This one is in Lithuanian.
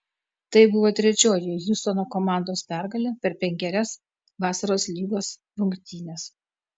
tai buvo trečioji hjustono komandos pergalė per penkerias vasaros lygos rungtynes